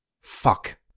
fuck